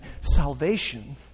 Salvation